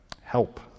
Help